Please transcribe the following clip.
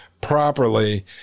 properly